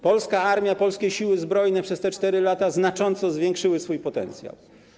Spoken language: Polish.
Polska armia, polskie Siły Zbrojne przez te 4 lata znacząco zwiększyły swój potencjał.